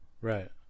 Right